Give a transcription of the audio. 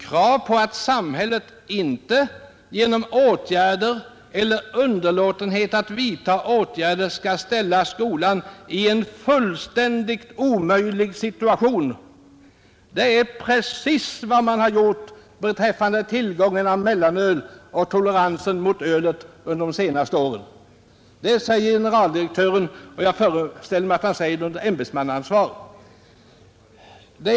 Krav på att samhället inte genom åtgärder, eller underlåtenhet att vidta åtgärder ska ställa skolan i en fullständigt omöjlig situation. Det är precis vad man gjort beträffande tillgången på mellanöl och toleransen mot ölet under de senaste åren.” Jag föreställer mig att generaldirektören säger detta under ämbetsmannaansvar.